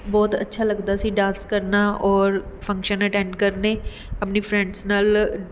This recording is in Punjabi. ਬਹੁਤ ਅੱਛਾ ਲੱਗਦਾ ਸੀ ਡਾਂਸ ਕਰਨਾ ਔਰ ਫੰਕਸ਼ਨ ਅਟੈਂਡ ਕਰਨੇ ਆਪਣੀ ਫਰੈਂਡਸ ਨਾਲ